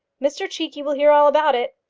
mr cheekey will hear all about it,